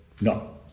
No